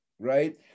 Right